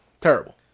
Terrible